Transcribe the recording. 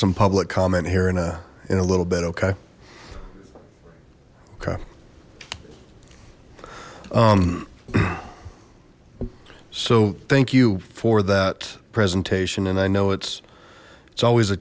some public comment here in a in a little bit okay okay so thank you for that presentation and i know it's it's always a